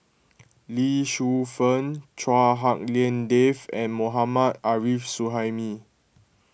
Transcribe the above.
Lee Shu Fen Chua Hak Lien Dave and Mohammad Arif Suhaimi